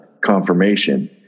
confirmation